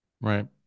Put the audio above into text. Right